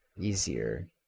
easier